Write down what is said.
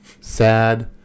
sad